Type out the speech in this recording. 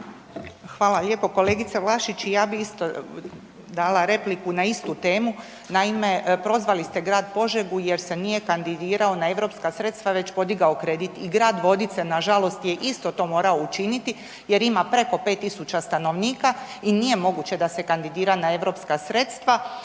Hvala lijepo kolegice Vlašić i ja bi isto dala repliku na istu temu. Naime, prozvali ste grad Požegu jer se nije kandidirao na europska sredstva već podigao kredit i grad Vodice je nažalost isto to morao učiniti jer ima preko 5.000 stanovnika i nije moguće da se kandidira na europska sredstva